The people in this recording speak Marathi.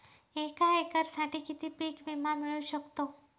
एका एकरसाठी किती पीक विमा मिळू शकतो?